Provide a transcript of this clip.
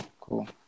Cool